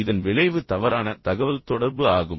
இதன் விளைவு தவறான தகவல்தொடர்பு ஆகும்